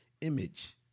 image